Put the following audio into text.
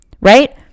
Right